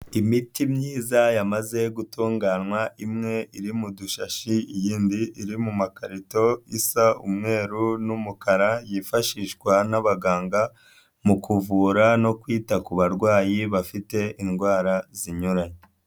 Imiti myiza yamaze gutunganywa, imwe iri mu dushashi, yindi iri mu makarito isa umweru n’umukara, yifashishwa n'abaganga mu kuvura no kwita ku barwayi bafite indwara zinyuranye.